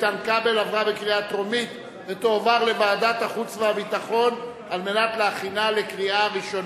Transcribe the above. לדיון מוקדם בוועדת החוץ והביטחון נתקבלה.